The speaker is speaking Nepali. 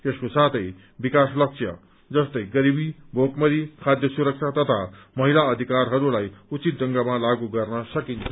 यसको साथै विकास लक्ष्य जस्तै गरीबी भोकमारी खाध्य सुरक्षा तथा महिला अधिकारहरूलाई उचित ढंगमा लागू गर्न सकिन्छ